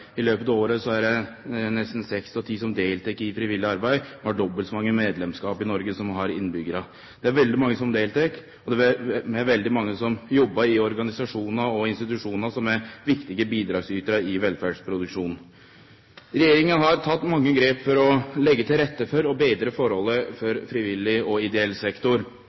I løpet av året er det nesten seks av ti som deltek i frivillig arbeid. Vi har dobbelt så mange medlemskap i Noreg som vi har innbyggjarar. Det er veldig mange som deltek, og det er òg veldig mange som jobbar i organisasjonar og institusjonar som er viktige bidragsytarar i velferdsproduksjonen. Regjeringa har teke mange grep for å leggje til rette for og betre forholda for frivillig og ideell sektor.